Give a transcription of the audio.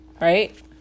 Right